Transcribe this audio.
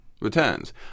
returns